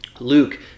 Luke